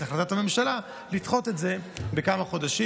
החלטת הממשלה לדחות את זה בכמה חודשים.